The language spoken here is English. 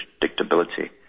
predictability